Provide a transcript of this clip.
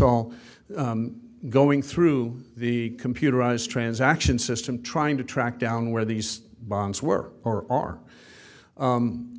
all going through the computerized transaction system trying to track down where these bonds were or are